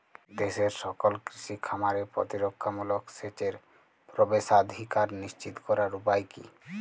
দেশের সকল কৃষি খামারে প্রতিরক্ষামূলক সেচের প্রবেশাধিকার নিশ্চিত করার উপায় কি?